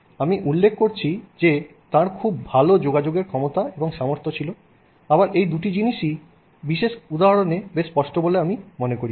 আমি উল্লেখ করেছি যে তাঁর খুব ভাল যোগাযোগের দক্ষতা এবং সামর্থ্য ছিল আবার এই দুটি জিনিসই এই বিশেষ উদাহরণে বেশ স্পষ্ট বলে আমি মনে করি